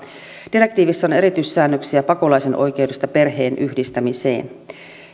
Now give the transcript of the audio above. direktiivissä on erityissäännöksiä pakolaisen oikeudesta perheenyhdistämiseen